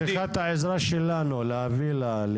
היא צריכה את העזרה שלנו להביא לה.